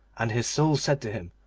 and his soul said to him,